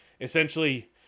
essentially